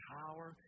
power